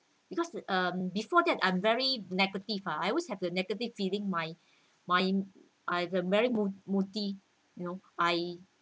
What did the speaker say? because the um before that I'm very negative ah I always have that negative feeling my my I've a very moo~ moody you know I